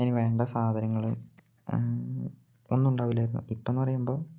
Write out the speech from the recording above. അതിന് വേണ്ട സാധനങ്ങൾ ഒന്നും ഉണ്ടാവില്ലായിരുന്നു ഇപ്പം എന്ന് പറയുമ്പം